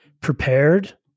prepared